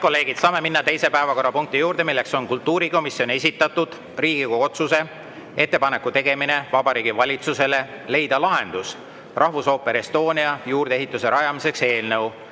Nüüd saame minna teise päevakorrapunkti juurde. See on kultuurikomisjoni esitatud Riigikogu otsuse "Ettepaneku tegemine Vabariigi Valitsusele leida lahendus rahvusooper Estonia juurdeehituse rajamiseks" eelnõu